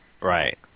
Right